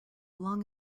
long